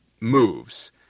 moves